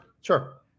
Sure